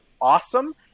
awesome